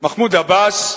מחמוד עבאס,